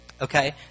Okay